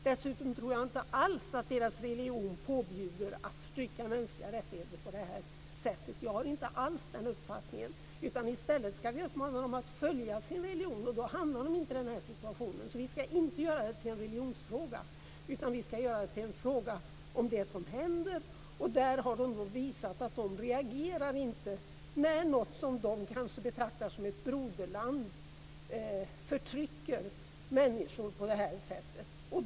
Dessutom tror jag inte alls att deras religion påbjuder att förtrycka mänskliga rättigheter på det här sättet. Jag har inte alls den uppfattningen. I stället ska vi uppmana dem att följa sin religion. Då hamnar de inte i den här situationen. Vi ska inte göra detta till en religionsfråga, utan vi ska göra det till en fråga om det som händer. Där har de visat att de inte reagerar när något som de kanske betraktar som ett broderland förtrycker människor på det här sättet.